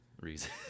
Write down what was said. reason